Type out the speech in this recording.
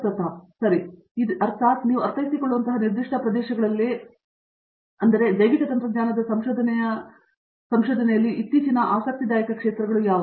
ಪ್ರತಾಪ್ ಹರಿಡೋಸ್ ಸರಿ ಮತ್ತು ಇದೇ ರೀತಿ ಅರ್ಥಾತ್ ನೀವು ಅರ್ಥೈಸಿಕೊಳ್ಳುವಂತಹ ನಿರ್ದಿಷ್ಟ ಪ್ರದೇಶಗಳಲ್ಲಿ ನಿಮಗೆ ತಿಳಿದಿರುವಂತಹ ಜೈವಿಕತಂತ್ರಜ್ಞಾನದ ಸಂಶೋಧನೆಯ ಇತ್ತೀಚಿನ ಯಾವ ಪ್ರದೇಶಗಳು ಆಸಕ್ತಿದಾಯಕವಾಗಿದೆ